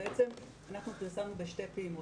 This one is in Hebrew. אנחנו פרסמנו בשתי פעימות.